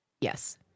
Yes